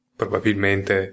probabilmente